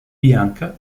bianca